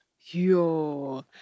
Yo